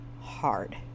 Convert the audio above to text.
hard